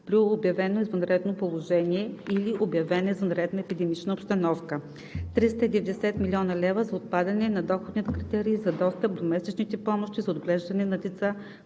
при обявено извънредно положение или обявена извънредна епидемична обстановка; - 390,0 млн. лв. за отпадане на доходния критерий за достъп до месечните помощи за отглеждане на деца